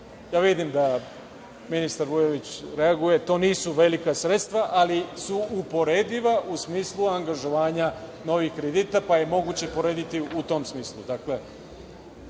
Vidim da ministar Vujović reaguje. To nisu velika sredstva, ali su uporediva u smislu angažovanja novih kredita, pa je moguće porediti u tom smislu. Važni